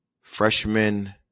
freshman